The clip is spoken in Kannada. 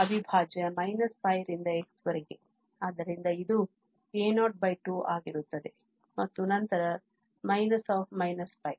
ಆದ್ದರಿಂದ ಇದು a02 ಆಗಿರುತ್ತದೆ ಮತ್ತು ನಂತರ π